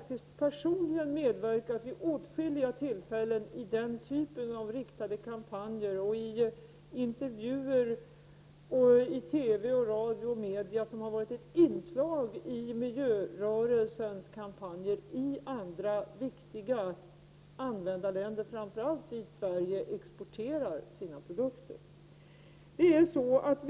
jag personligen har medverkat vid åtskilliga tillfällen i den typ av riktade kampanjer, intervjuer i TV, radio och massmedia, som har varit ett inslag i miljörörelsens kampanjer i andra viktiga användarländer, framför allt dit Sverige exporterar sina produkter.